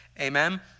Amen